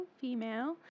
female